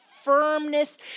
firmness